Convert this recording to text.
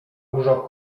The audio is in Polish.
dużo